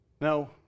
No